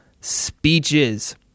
speeches